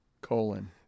colon